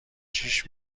شیش